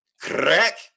Crack